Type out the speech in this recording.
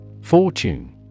Fortune